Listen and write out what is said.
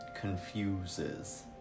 confuses